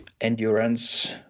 endurance